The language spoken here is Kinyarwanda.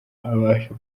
abasha